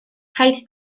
rhaid